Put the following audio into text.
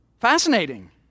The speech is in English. Fascinating